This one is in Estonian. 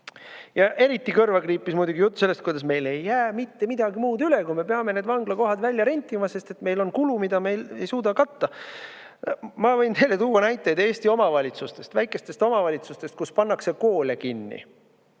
Ja eriti kriipis kõrva muidugi jutt sellest, kuidas meil ei jää mitte midagi muud üle, kui et me peame need vanglakohad välja rentima, sest meil on kulu, mida me ei suuda katta. Ma võin tuua näiteid Eesti omavalitsustest, väikestest omavalitsustest, kus pannakse koole kinni.